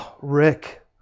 Rick